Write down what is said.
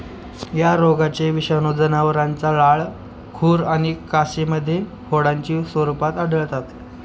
या रोगाचे विषाणू जनावरांच्या लाळ, खुर आणि कासेमध्ये फोडांच्या स्वरूपात आढळतात